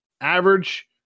average